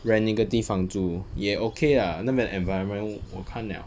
rent 一个地方住也 okay lah 那边的 environment 我看 liao